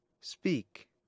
Speak